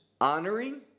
honoring